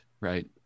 right